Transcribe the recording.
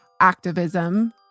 activism